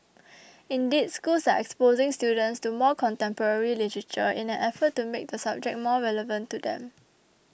indeed schools are exposing students to more contemporary literature in an effort to make the subject more relevant to them